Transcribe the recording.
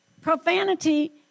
Profanity